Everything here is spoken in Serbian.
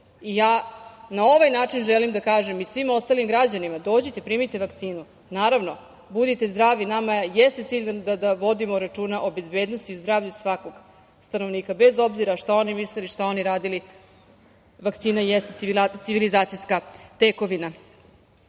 Ja na ovaj način želim da kažem i svim ostalim građanima – dođite, primite vakcinu. Naravno budite zdravi, nama jeste cilj da vodimo računa o bezbednosti i zdravlju svakog stanovnika bez obzira šta oni mislili, šta oni radili, vakcina jeste civilizacijski tekovina. Ja